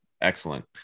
excellent